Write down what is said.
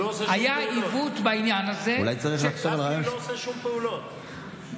הוא לא עושה שום פעולות.